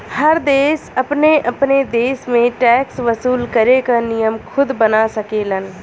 हर देश अपने अपने देश में टैक्स वसूल करे क नियम खुद बना सकेलन